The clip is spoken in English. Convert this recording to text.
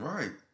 Right